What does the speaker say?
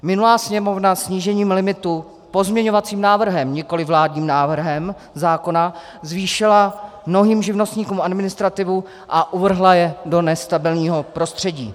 Minulá Sněmovna snížením limitu pozměňovacím návrhem, nikoliv vládním návrhem zákona zvýšila mnohým živnostníkům administrativu a uvrhla je do nestabilního prostředí.